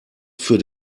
für